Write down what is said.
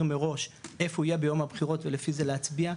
מראש איפה הוא יהיה ביום הבחירות ולפי זה להצביע,